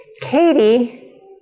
Katie